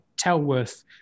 Telworth